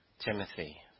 Timothy